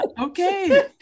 okay